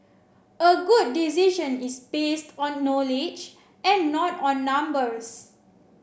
a good decision is based on knowledge and not on numbers